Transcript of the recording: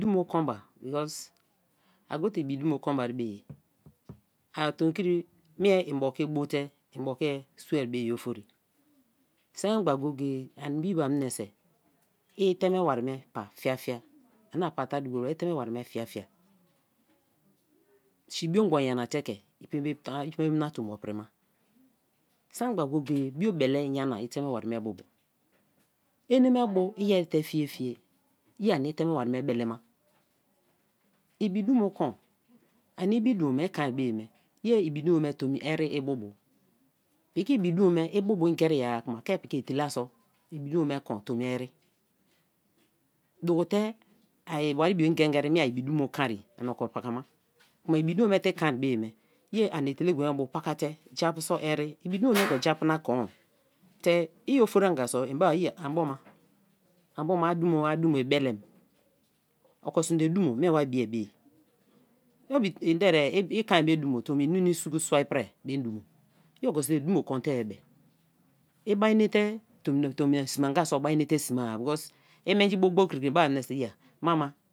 Dumo ko ba because a go te i bi dumo kon bari bei ye, tomi kri mei mbo ke bu te ke so-a bei ye ofori; saki memgba go-go-ye ani biba mienise i te me wari me pa fia fia ani a pa tari duko bia, i teme wari me fia fia, shei biogbon nyana te ke bembe i bembe ma tomi prima; saki me ngba go-go-e biobele nyana ite me wari me bu bu; ene me bu i ere te fie fie ye ani iteme wari me be le ma; ibi dumo kon, ani ibi dumo me i kon-a-be-e me, ye ibi a dumo me tomi ere i bu bu; piki ibi du mo me, ibu bu ngeri-a kma ke piki etela so ibi dumo me kon tomi ere; duku te ai wari bio ngan geri ani ibi dumo kon-re ani oko pakama kma ibidumo me te ikon be-e me ye ani etela-ogbo me bu pakate ja puso ere ibi dumo me ke ja pu na kon te i-ofori anga so i ba-a a bo ma aboma a dumo i belem oko sme te dumo ani wa bie be-e no be i ke me dumo tomi neinei suku sua-ipri be dumo; i oko sme te dumo kon te-i be, i bai nete tomi sme anga so ba nete sme-a because i menji bo gboi kri kri en bai meniso iyea mama